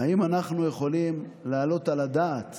האם אנחנו יכולים להעלות על הדעת